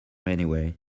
anyway